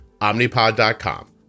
Omnipod.com